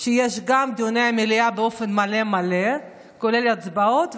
שיש גם דיוני מליאה באופן מלא מלא כולל הצבעות,